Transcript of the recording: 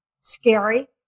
scary